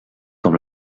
com